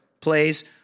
plays